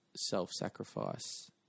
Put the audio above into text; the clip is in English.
self-sacrifice